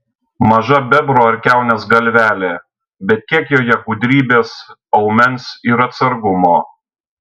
maža bebro ar kiaunės galvelė bet kiek joje gudrybės aumens ir atsargumo